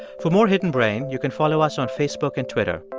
for more hidden brain, you can follow us on facebook and twitter.